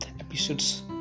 episodes